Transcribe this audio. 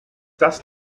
das